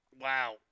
Wow